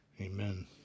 Amen